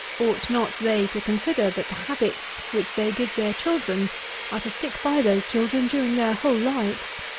ought not they to consider that the habits which they give their children are to stick by those children during their whole lives?